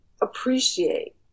appreciate